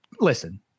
Listen